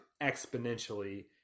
exponentially